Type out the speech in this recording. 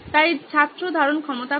তাই ছাত্র ধারণ ক্ষমতা কম